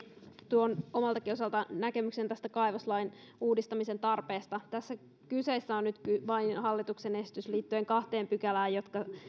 tuon omalta osaltanikin näkemyksen tästä kaivoslain uudistamisen tarpeesta tässä kyseessä on nyt hallituksen esitys liittyen vain kahteen pykälään